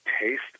taste